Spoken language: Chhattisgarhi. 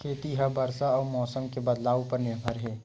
खेती हा बरसा अउ मौसम के बदलाव उपर निर्भर हे